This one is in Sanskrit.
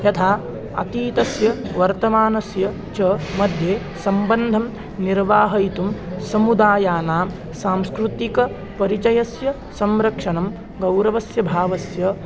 यथा अतीतस्य वर्तमानस्य च मध्ये सम्बन्धं निर्वाहयितुं समुदायानां सांस्कृतिकपरिचयस्य संरक्षणं गौरवस्य भावस्य